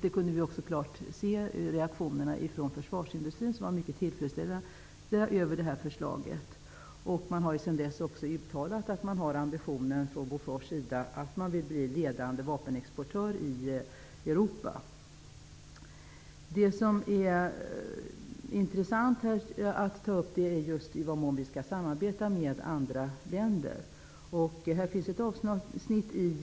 Det kunde vi klart se på reaktionerna från försvarsindustrin, där man var mycket tillfredställd över förslaget. Bofors har sedan dess uttalat att företaget har ambitionen att bli den ledande vapenexportören i Europa. Frågan om i vilken mån vi skall samarbeta med andra länder är intressant. Det finns ett avsnitt i